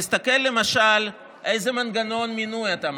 תסתכל למשל איזה מנגנון מינוי אתה מציע.